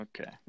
okay